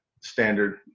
standard